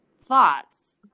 thoughts